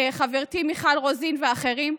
חברתי מיכל רוזין ואחרים,